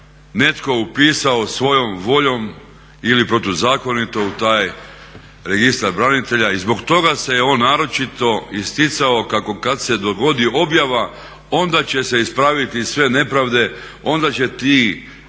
netko upisao svojom voljom ili protuzakonito u taj registar branitelja i zbog toga se je on naročito isticao kad se dogodi objava onda će se ispraviti sve nepravde, onda će ti